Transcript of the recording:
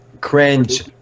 Cringe